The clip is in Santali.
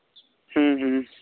ᱦᱚᱸ ᱦᱚᱸ